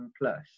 plus